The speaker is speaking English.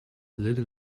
little